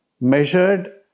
measured